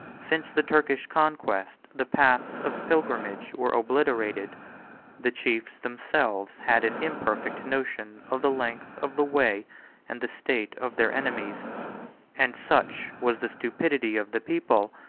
since the turkish conquest, the paths of pilgrimage were obliterated the chiefs themselves had an imperfect notion of the length of the way and the state of their enemies and such was the stupidity of the people,